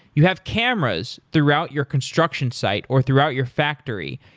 you have cameras throughout your construction site or throughout your factory.